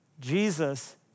Jesus